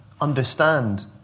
understand